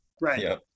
Right